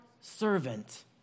servant